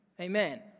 Amen